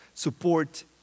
Support